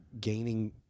gaining